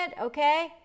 okay